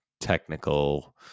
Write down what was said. technical